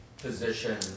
position